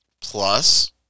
plus